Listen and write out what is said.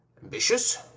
Ambitious